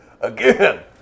Again